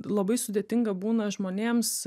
labai sudėtinga būna žmonėms